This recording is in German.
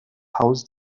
haus